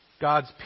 God's